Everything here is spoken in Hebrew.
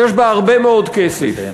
שיש בה הרבה מאוד כסף,